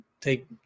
take